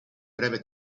breve